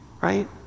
right